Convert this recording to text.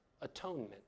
atonement